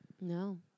No